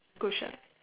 cushion